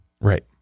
right